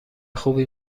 خوبی